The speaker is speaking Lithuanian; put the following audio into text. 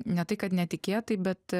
ne tai kad netikėtai bet